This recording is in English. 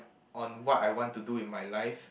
on what I want to do with my life